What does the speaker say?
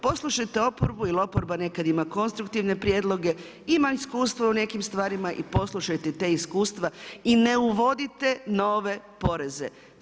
Poslušajte oporbu jer oporba nekad ima konstruktivne prijedloge, ima iskustvo u nekim stvarima i poslušajte ta iskustva i ne uvodite nove poreze.